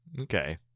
Okay